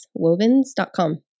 wovens.com